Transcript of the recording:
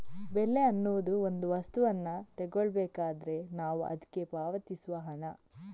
ಬೆಲೆ ಅನ್ನುದು ಒಂದು ವಸ್ತುವನ್ನ ತಗೊಳ್ಬೇಕಾದ್ರೆ ನಾವು ಅದ್ಕೆ ಪಾವತಿಸುವ ಹಣ